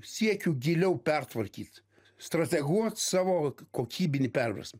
siekiu giliau pertvarkyt strateguot savo kokybinį perversmą